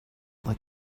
let